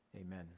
amen